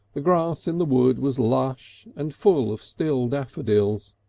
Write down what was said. the grass in the wood was lush and full of still daffodils,